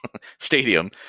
stadium